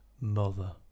mother